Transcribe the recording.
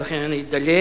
ולכן אני אדלג.